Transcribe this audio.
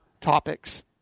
topics